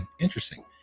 Interesting